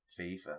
FIFA